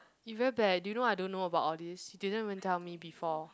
you very bad do you know I don't know about all this you didn't even tell me before